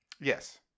Yes